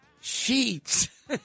sheets